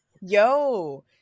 Yo